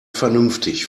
vernünftig